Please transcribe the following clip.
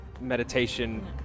meditation